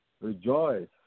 rejoice